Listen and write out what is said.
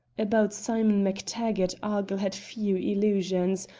about simon mactaggart argyll had few illusions,